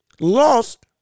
Lost